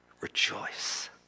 rejoice